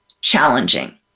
challenging